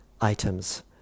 items